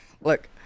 Look